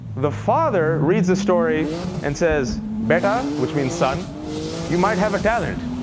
the father reads the story and says beta which means son you might have a talent.